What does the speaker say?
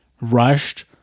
rushed